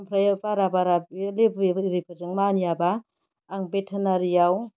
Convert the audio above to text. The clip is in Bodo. आमफ्राय बारा बारा बे लेबु एरिफोरजों मानियाब्ला आं बेटेनारियाव